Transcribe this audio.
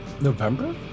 November